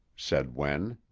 said wen.